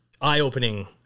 eye-opening